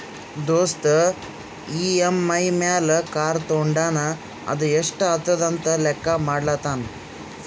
ದೋಸ್ತ್ ಇ.ಎಮ್.ಐ ಮ್ಯಾಲ್ ಕಾರ್ ತೊಂಡಾನ ಅದು ಎಸ್ಟ್ ಆತುದ ಅಂತ್ ಲೆಕ್ಕಾ ಮಾಡ್ಲತಾನ್